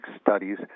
studies